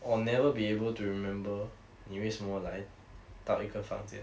or never be able to remember 你为什么来到一个房间